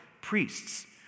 priests